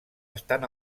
estan